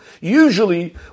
usually